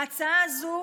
ההצעה הזו,